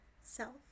self